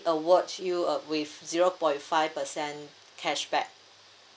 award you uh with zero point five percent cashback